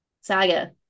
Saga